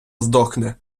здохне